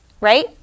right